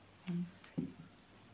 mm